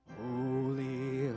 holy